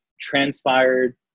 transpired